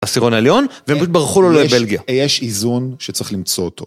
עשירון עליון, והם התברכו לו לבלגיה. יש איזון שצריך למצוא אותו.